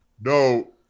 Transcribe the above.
No